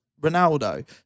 Ronaldo